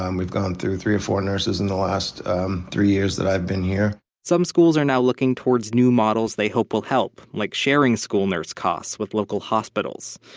um we've gone through three or four nurses in the last um three years that i've been here. some schools are now looking towards new models they hope will help, like sharing school nurse costs with local hospitals.